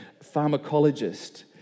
pharmacologist